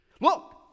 Look